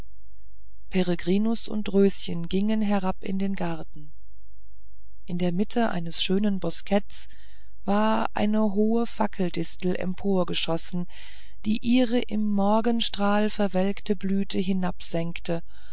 und röschen gingen herab in den garten in der mitte eines schönen bosketts war eine hohe fackeldistel emporgeschossen die ihre im morgenstrahl verwelkte blüte